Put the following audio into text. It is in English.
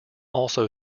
also